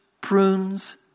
prunes